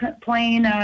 playing –